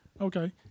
okay